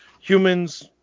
Humans